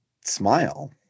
smile